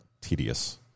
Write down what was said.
tedious